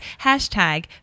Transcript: hashtag